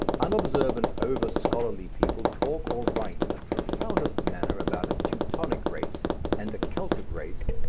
unobservant, over-scholarly people talk or write in the profoundest manner about a teutonic race and a keltic race,